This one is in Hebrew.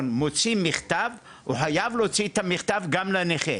מוציא מכתב הוא חייב להוציא את המכתב גם לנכה,